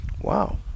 Wow